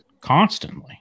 constantly